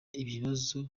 ibibazo